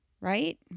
right